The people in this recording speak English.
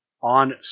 on